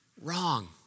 Wrong